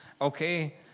Okay